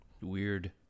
Weird